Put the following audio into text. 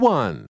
one